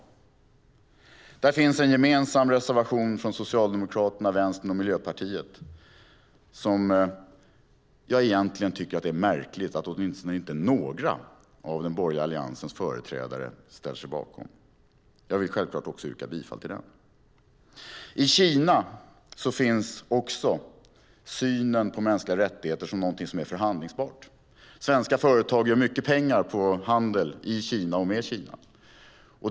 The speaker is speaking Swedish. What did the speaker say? Reservation 6, som jag yrkar bifall till, är en gemensam reservation från Socialdemokraterna, Vänstern och Miljöpartiet. Jag tycker att det är märkligt att inte åtminstone några av den borgerliga Alliansens företrädare ställer sig bakom den. Också i Kina finns en syn på mänskliga rättigheter som något förhandlingsbart. Svenska företag gör mycket pengar på handel i Kina och med Kina.